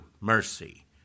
mercy